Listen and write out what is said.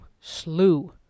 slew